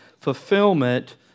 fulfillment